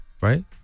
right